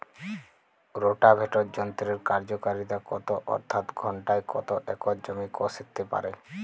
Rotavator যন্ত্রের কার্যকারিতা কত অর্থাৎ ঘণ্টায় কত একর জমি কষতে পারে?